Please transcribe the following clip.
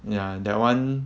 ya that [one]